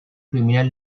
criminal